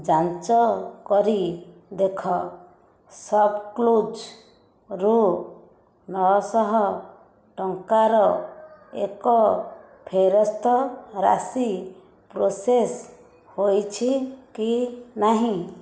ଯାଞ୍ଚ କରି ଦେଖ ସପ୍କ୍ଲୁଜ୍ରୁ ନଅ ଶହ ଟଙ୍କାର ଏକ ଫେରସ୍ତ ରାଶି ପ୍ରୋସେସ୍ ହୋଇଛି କି ନାହିଁ